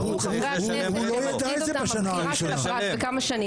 אמרו חברי הכנסת שמטריד אותם הבחירה של הפרט וכמה שנים.